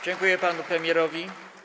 Dziękuję panu premierowi.